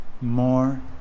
more